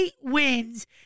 wins